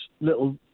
little